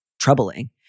troubling